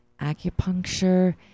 acupuncture